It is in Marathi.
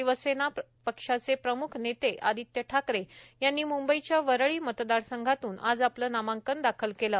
शिवसेना पक्षाचे प्रम्ख नेते आदित्य ठाकरे यांनी मंबईच्या वरळी मतदारसंघातून आज आपला नामांकन दाखल केलं